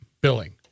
billing